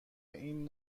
این